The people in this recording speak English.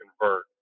convert